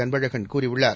அன்பழகன் கூறியுள்ளார்